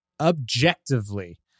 objectively